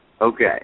Okay